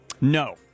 No